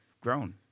grown